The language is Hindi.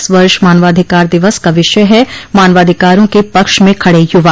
इस वर्ष मानवाधिकार दिवस का विषय है मानवाधिकारों के पक्ष में खड़े यूवा